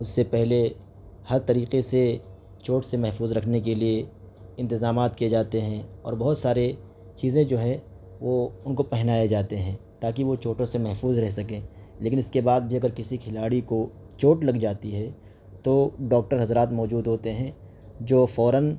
اس سے پہلے ہر طریقے سے چوٹ سے محفوظ رکھنے کے لیے انتظامت کیے جاتے ہیں اور بہت سارے چیزیں جو ہے وہ ان کو پہنائے جاتے ہیں تا کہ وہ چوٹوں سے محفوظ رہ سکیں لیکن اس کے بعد بھی کسی کھلاڑی کو چوٹ لگ جاتی ہے تو ڈاکٹر حضرات موجود ہوتے ہیں جو فوراََ